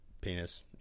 penis